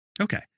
Okay